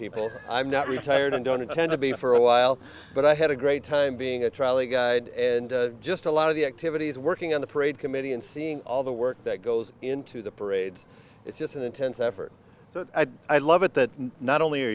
people i'm not retired and don't intend to be for a while but i had a great time being a trolley guide and just a lot of the activities working on the parade committee and seeing all the work that goes into the parades it's just an intense effort so i love it that not only are